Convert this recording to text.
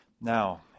Now